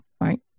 right